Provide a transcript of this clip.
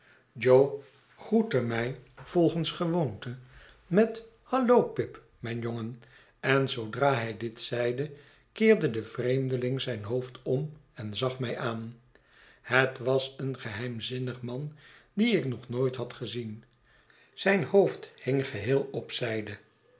jo groette mij volgens gewoonte met hallo pip mijn jongen en zoodra hij dit zeide keerde de vreemdeling zijn hoofd om en zag mij aan het was een geheimzinnig man dien ik nog nooit had gezien zijn hoofd hirig geheel op